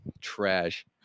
Trash